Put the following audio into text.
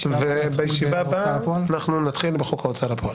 את הישיבה הבאה אנחנו נתחיל בחוק ההוצאה לפועל.